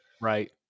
right